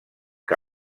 que